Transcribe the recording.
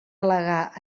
al·legar